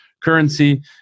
currency